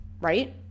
right